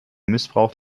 missbrauch